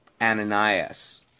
Ananias